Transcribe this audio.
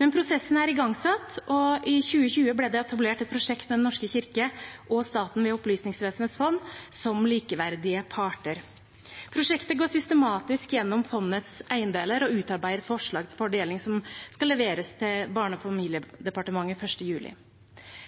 men prosessen er igangsatt. I 2020 ble det etablert et prosjekt med Den norske kirke og staten ved Opplysningsvesenets fond som likeverdige parter. Prosjektet går systematisk gjennom fondets eiendeler og utarbeider et forslag til fordeling som skal leveres til Barne- og familiedepartementet 1. juli.